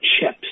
chips